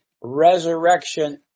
resurrection